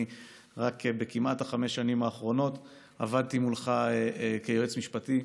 אני רק בכמעט חמש השנים האחרונות עבדתי מולך כיועץ משפטי.